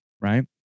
right